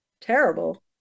terrible